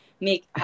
make